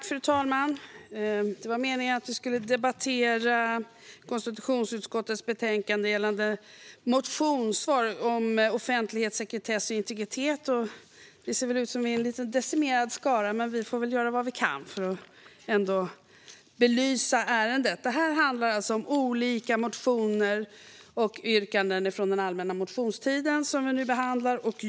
Fru talman! Det var meningen att vi skulle debattera konstitutionsutskottets betänkande gällande motionssvar om offentlighet, sekretess och integritet. Det ser ut som att vi är en decimerad skara, men vi får göra vad vi kan för att belysa ärendet. Vi behandlar alltså olika motioner och yrkanden från den allmänna motionstiden.